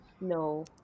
No